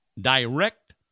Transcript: Direct